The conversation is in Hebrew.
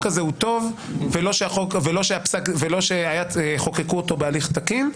ולא שחוקקו אותו בהליך תקין,